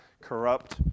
corrupt